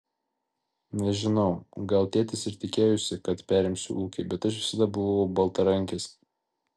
nežinau gal tėtis ir tikėjosi kad perimsiu ūkį bet aš visada buvau baltarankis